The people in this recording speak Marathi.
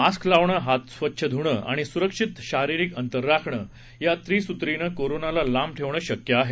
मास्क लावणं हात स्वच्छ धुणं आणि सुरक्षित शारिरिक अंतर राखणं या त्रिसुत्रीनं कोरोनाला लांब ठेवणं शक्य आहे